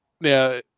Now